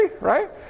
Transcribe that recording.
Right